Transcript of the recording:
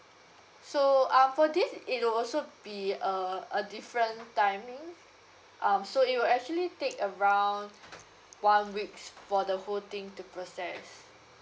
so um for this it will also be a a different timing um so it will actually take around one weeks for the whole thing to process